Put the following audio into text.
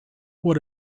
what